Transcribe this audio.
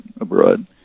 abroad